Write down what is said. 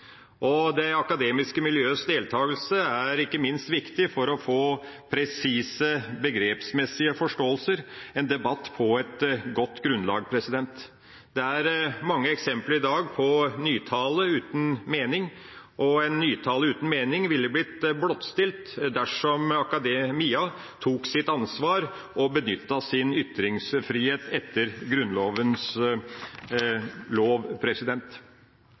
Det akademiske miljøets deltakelse er ikke minst viktig for å få presise begrepsmessige forståelser, for å få en debatt på et godt grunnlag. Det er i dag mange eksempler på nytale uten mening. En nytale uten mening ville blitt blottstilt dersom akademia tok sitt ansvar og benyttet sin ytringsfrihet etter